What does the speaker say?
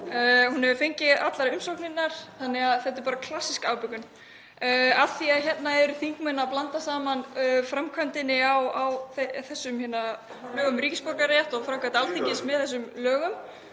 Hún hefur fengið allar umsóknirnar þannig að þetta er bara klassísk afbökun. Hérna eru þingmenn að blanda saman framkvæmdinni á lögum um ríkisborgararétt og framkvæmd Alþingis á þessum lögum.